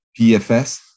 PFS